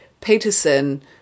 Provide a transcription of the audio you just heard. Peterson